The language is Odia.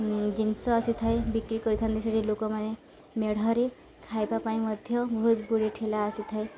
ଜିନିଷ ଆସିଥାଏ ବିକ୍ରି କରିଥାନ୍ତି ସେଠି ଲୋକମାନେ ମେଢ଼ରେ ଖାଇବା ପାଇଁ ମଧ୍ୟ ବହୁତ ଗୁଡ଼ିଏ ଠେଲା ଆସିଥାଏ